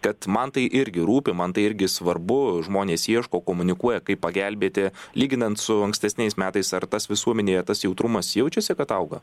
kad man tai irgi rūpi man tai irgi svarbu žmonės ieško komunikuoja kaip pagelbėti lyginant su ankstesniais metais ar tas visuomenėje tas jautrumas jaučiasi kad auga